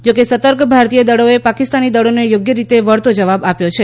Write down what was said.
જોકે સતર્ક ભારતીય દળોએ પાકિસ્તાની દળોને યોગ્યરીતે વળતો જવાબ આપ્યો છે